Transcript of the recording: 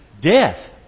death